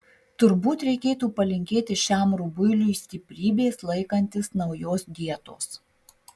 turbūt reikėtų palinkėti šiam rubuiliui stiprybės laikantis naujos dietos